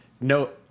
no